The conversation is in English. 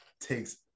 takes